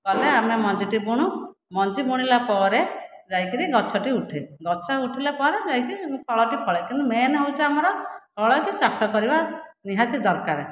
କଲେ ଆମେ ମଞ୍ଜିଟି ବୁଣୁ ମଞ୍ଜି ବୁଣିଲା ପରେ ଯାଇକରି ଗଛଟି ଉଠେ ଗଛ ଉଠିଲା ପରେ ଯାଇକି ଫଳଟି ଫଳେ କିନ୍ତୁ ମେନ୍ ହେଉଛି ଆମର ଫଳଟି ଚାଷ କରିବା ନିହାତି ଦରକାର